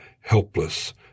helpless